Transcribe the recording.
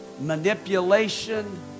manipulation